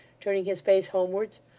turning his face homewards.